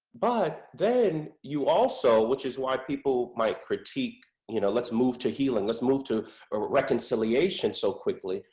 but then you also, which is why people might critique, you know, let's move to healing, let's move to reconciliation so quickly,